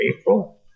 april